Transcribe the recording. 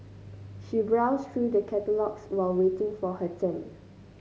she browsed through the catalogues while waiting for her turn